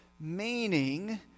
meaning